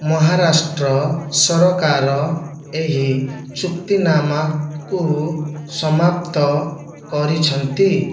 ମହାରାଷ୍ଟ୍ର ସରକାର ଏହି ଚୁକ୍ତିନାମାକୁ ସମାପ୍ତ କରିଛନ୍ତି